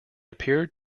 appeared